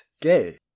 gay